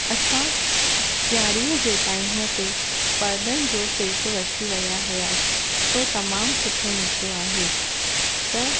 असां ॾिआरीअ जे टाइम ते परदनि जो सेट वठी विया हुयासीं सो तमामु सुठो निकितो आहे त